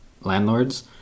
landlords